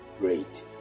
great